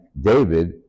David